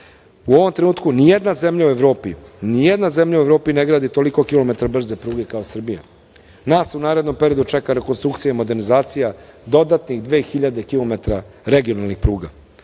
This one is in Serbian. ovom trenutku nijedna zemlja u Evropi ne gradi toliko kilometara brze pruge kao Srbija. Nas u narednom periodu čeka rekonstrukcija i modernizacija dodatnih 2000 kilometra regionalnih pruga. Ono